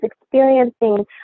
experiencing